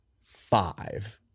five